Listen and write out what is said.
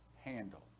handle